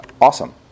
awesome